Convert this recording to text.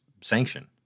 sanction